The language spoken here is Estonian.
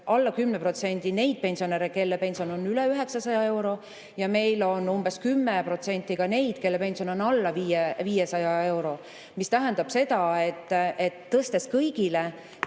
alla 10% neid pensionäre, kelle pension on üle 900 euro, ja meil on umbes 10% ka neid, kelle pension on alla 500 euro. See tähendab seda, et tõstes kõigi